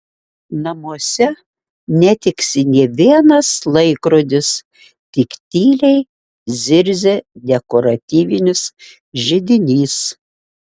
namuose netiksi nė vienas laikrodis tik tyliai zirzia dekoratyvinis židinys